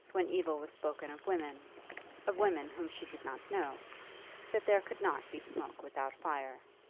when evil was spoken of women of women whom she did not know that there could not be smoke without fire.